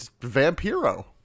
Vampiro